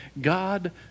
God